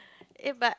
eh but